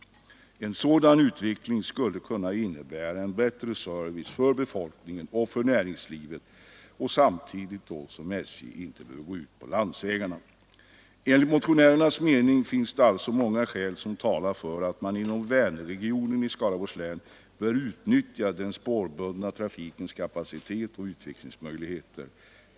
En sådan utveckling skulle kunna innebära en bättre service för befolkningen och för näringslivet, samtidigt som SJ inte behöver gå ut på landsvägarna. Enligt motionärernas mening finns det alltså många skäl som talar för att man inom Vänerregionen i Skaraborgs län bör utnyttja den spårbundna trafikens kapacitet och utvecklingsmöjligheter.